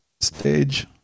stage